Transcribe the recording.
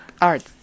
art